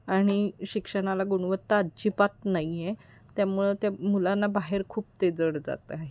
आणि शिक्षणाला गुणवत्ता अजिबात नाही आहे त्यामुळे त्या मुलांना बाहेर खूप ते जड जात आहे